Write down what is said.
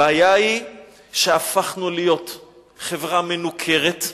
הבעיה היא שהפכנו להיות חברה מנוכרת,